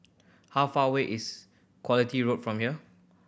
how far away is Quality Road from here